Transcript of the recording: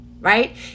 right